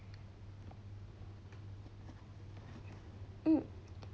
hmm